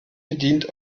bedient